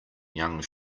young